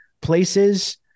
places